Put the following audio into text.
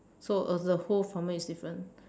so uh the whole farmer is different